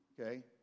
okay